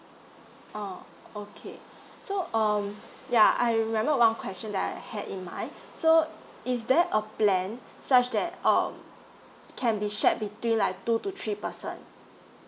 oh okay so um yeah I remember one question that I had in mind so uh is there a plan such that um can be shared between like two to three person